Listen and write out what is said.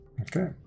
Okay